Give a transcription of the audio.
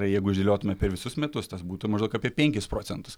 jeigu išdėliotume per visus metus tas būtų maždaug apie penkis procentus